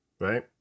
right